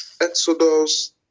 Exodus